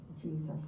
Jesus